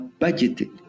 budgeted